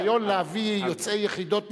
הרעיון להביא יוצאי יחידות נבחרות,